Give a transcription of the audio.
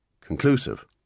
conclusive